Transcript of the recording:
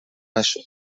نشد